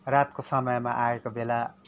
रातको समयमा आएको बेला